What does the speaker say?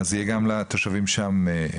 ואז זה יהיה גם לתושבים שם עזרה.